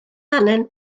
angen